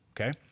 okay